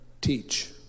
teach